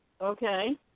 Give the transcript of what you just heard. Okay